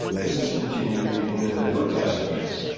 this has continued in the new testament.